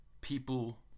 people